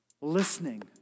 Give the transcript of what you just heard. Listening